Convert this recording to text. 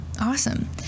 Awesome